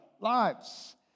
lives